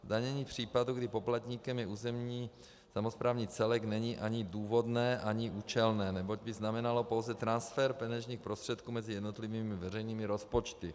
Zdanění případu, kdy poplatníkem je územní samosprávný celek, není ani důvodné ani účelné, neboť by znamenalo pouze transfer peněžních prostředků mezi jednotlivými veřejnými rozpočty.